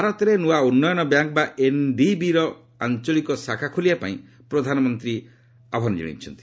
ଭାରତରେ ନୂଆ ଉନ୍ନୟନ ବ୍ୟାଙ୍କ୍ ବା ଏନ୍ଡିବିର ଏକ ଆଞ୍ଚଳିକ ଶାଖା ଖୋଲିବାପାଇଁ ପ୍ରଧାନମନ୍ତ୍ରୀ ଆହ୍ୱାନ ଜଣାଇଛନ୍ତି